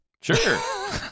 sure